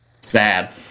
Sad